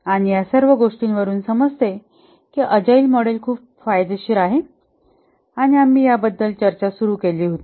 आणि ह्या सर्व गोष्टींवरून समजते कि अजाईल मॉडेल खूप फायदेशीर आहे आणि आम्ही याबद्दल चर्चा सुरु केली होती